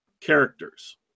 characters